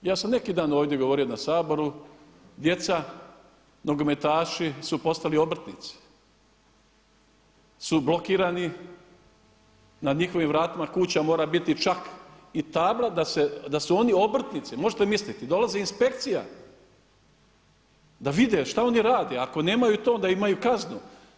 Ja sam neki dan ovdje govorio na Saboru djeca nogometaši su postali obrtnici, su blokirani, na njihovim vratima kuća mora biti čak i tabla da su oni obrtnici, možete misliti, dolazi inspekcija, da vide šta oni rade, ako nemaju to onda imaju kaznu.